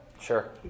Sure